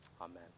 Amen